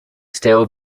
stale